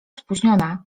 spóźniona